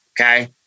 Okay